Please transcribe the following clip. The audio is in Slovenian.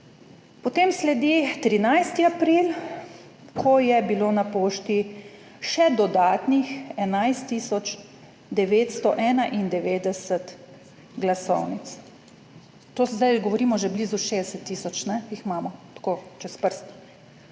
Potem sledi 13. april, ko je bilo na pošti še dodatnih 11 tisoč 991 glasovnic, to zdaj govorimo, že blizu 60 tisoč jih imamo, tako čez prst.